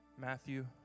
Matthew